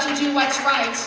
do what's right.